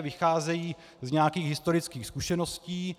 Vycházejí z nějakých historických zkušeností.